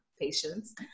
patience